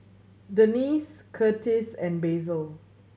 Denice Kurtis and Basil